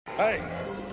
Hey